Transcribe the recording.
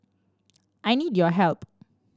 I need your help